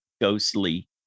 ghostly